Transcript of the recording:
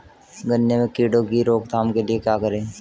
गन्ने में कीड़ों की रोक थाम के लिये क्या करें?